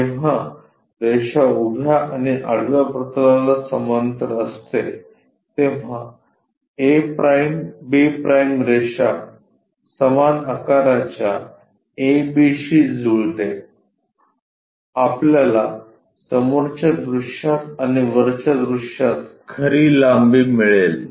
जेव्हा रेषा उभ्या आणि आडव्या प्रतलाला समांतर असते तेव्हा a'b' रेषा समान आकाराच्या ab शी जुळते आपल्याला समोरच्या दृश्यात आणि वरच्या दृश्यात खरी लांबी मिळेल